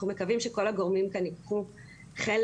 אנחנו מקווים שכל הגורמים כאן ייקחו חלק,